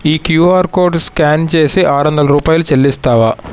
ఈ QR code scan చేసి ఆరు వందలు రూపాయలు చెల్లిస్తావా